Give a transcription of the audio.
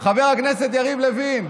חבר הכנסת יריב לוין,